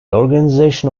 organization